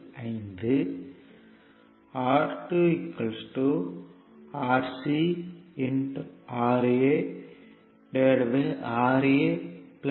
45 R2 Rc RaRa Rb Rc 2